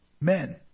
men